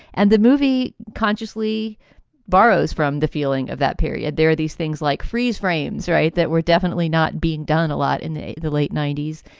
and the movie consciously borrows from the feeling of that period. there are these things like freeze frames, right, that were definitely not being done a lot in the the late ninety s.